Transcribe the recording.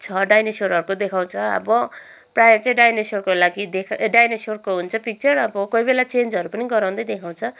छ डाइनासोरहरूको देखाउँछ अब प्राय चाहिँ डाइनासोरको लागि डाइनासोरको हुन्छ पिक्चर अब कोहीबेला चेन्जहरू पनि गराउँदै देखाउँछ